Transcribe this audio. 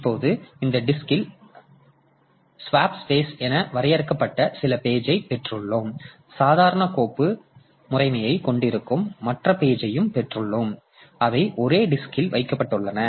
இப்போது இந்த டிஸ்க் அப்படியே இருந்தாலும் டிஸ்க்ல் ஸ்வாப் ஸ்பேஸ் என வரையறுக்கப்பட்ட சில பேஜ்யைப் பெற்றுள்ளோம் சாதாரண கோப்பு முறைமையைக் கொண்டிருக்கும் மற்ற பேஜ்யையும் பெற்றுள்ளோம் இப்போது அவை ஒரே டிஸ்க்ல் வைக்கப்பட்டுள்ளன